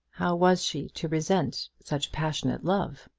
how was she to resent such passionate love?